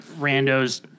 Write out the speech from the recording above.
randos